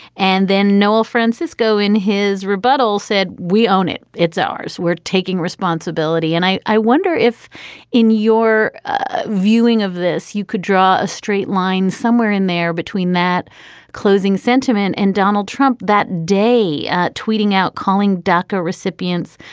and then noel francisco in his rebuttal said, we own it, it's ours. we're taking responsibility. and i i wonder if in your ah viewing of this, you could draw a straight line somewhere in there between that closing sentiment and donald trump that day at tweeting out, calling daca recipients,